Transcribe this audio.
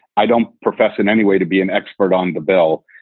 i don't profess in any way to be an expert on the bill,